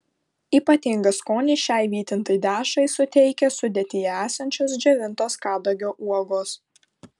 ypatingą skonį šiai vytintai dešrai suteikia sudėtyje esančios džiovintos kadagio uogos